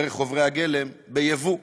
דרך חומרי הגלם, ביבוא.